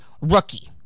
rookie